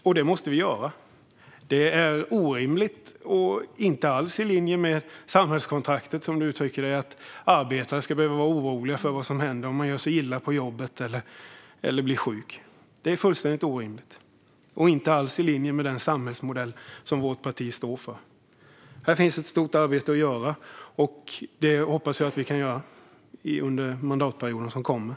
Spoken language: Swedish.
Och det måste vi göra. Det är orimligt och inte alls i linje med samhällskontraktet, som Nooshi Dadgostar uttryckte det, att arbetare ska behöva vara oroliga för vad som händer om man gör sig illa på jobbet eller blir sjuk. Det är fullständigt orimligt och inte alls i linje med den samhällsmodell som vårt parti står för. Här finns ett stort arbete att göra, och det hoppas jag att vi kan göra under den mandatperiod som kommer.